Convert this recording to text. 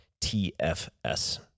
TFS